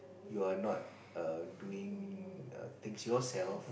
you are not err doing err things yourself